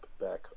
back